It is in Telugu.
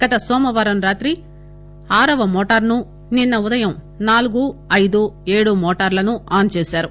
గత నోమవారం రాత్రి ఆరవ మోటార్ ను నిన్న ఉదయం నాలుగు ఐదు ఏడు మోటార్లను ఆస్ చేశారు